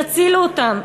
שיצילו אותם.